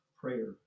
prayer